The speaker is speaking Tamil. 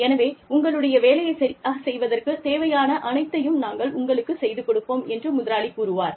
எனவே உங்களுடைய வேலையைச் சரியாகச் செய்வதற்குத் தேவையான அனைத்தையும் நாங்கள் உங்களுக்குச் செய்து கொடுப்போம் என்று முதலாளி கூறுவார்